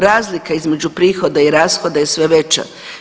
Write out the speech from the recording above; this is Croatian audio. Razlika između prihoda i rashoda je sve veća.